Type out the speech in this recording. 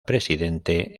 presidente